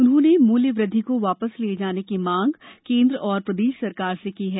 उन्होंने मूल्य वृद्धि को वापस लिये जाने की मांग केन्द्र और प्रदेश सरकार से की है